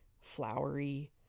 flowery